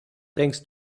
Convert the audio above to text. thanks